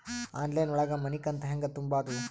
Online ಒಳಗ ಮನಿಕಂತ ಹ್ಯಾಂಗ ತುಂಬುದು?